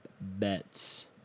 bets